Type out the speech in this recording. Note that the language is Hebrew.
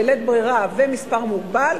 בלית ברירה ומספר מוגבל,